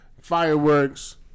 fireworks